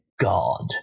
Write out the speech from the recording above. god